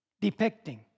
depicting